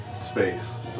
space